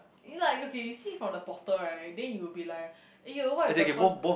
it's like okay you see from the bottle right then you will be like eh what if the per~